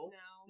no